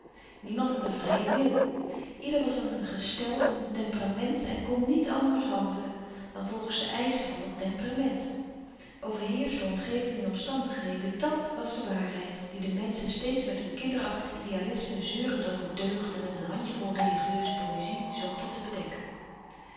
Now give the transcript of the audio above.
niemand had een vrijen wil ieder was een gestel een temperament en kon niet anders handelen dan volgens de eischen van dat temperament overheerscht door omgeving en omstandigheden dàt was de waarheid die de menschen steeds met hun kinderachtig idealisme zeurend over deugd en met een handjevol religieuze poëzie zochten te bedekken